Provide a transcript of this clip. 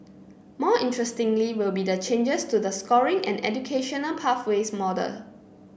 more interestingly will be the changes to the scoring and educational pathways model